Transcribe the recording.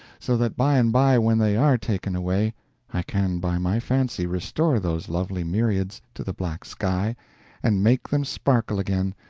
so that by and by when they are taken away i can by my fancy restore those lovely myriads to the black sky and make them sparkle again,